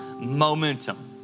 Momentum